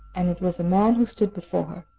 and it was a man who stood before her.